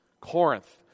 Corinth